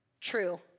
true